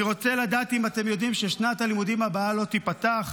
אני רוצה לדעת אם אתם יודעים ששנת הלימודים הבאה לא תיפתח.